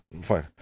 Fine